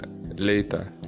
later